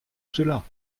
cela